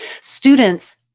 students